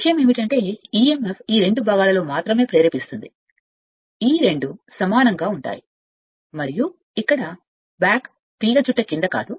విషయం ఏమిటంటే emf ఈ రెండు భాగాలను మాత్రమే ప్రేరేపిస్తుంది ఈ రెండు సమానంగా ఉంటాయి మరియు ఇక్కడ బ్యాక్ బ్యాక్ తీగచుట్ట కింద కాదు